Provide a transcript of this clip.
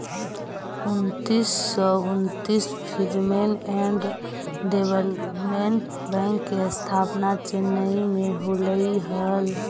उन्नीस सौ उन्नितिस फीमेल एंड डेवलपमेंट बैंक के स्थापना चेन्नई में होलइ हल